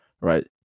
Right